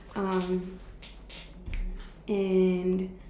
um and